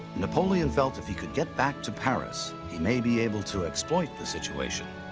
napoleon felt if he could get back to paris, he may be able to exploit the situation.